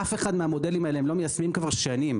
אף אחד מהמודלים האלה הם לא מיישמים כבר שנים.